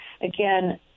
again